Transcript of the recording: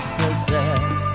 possess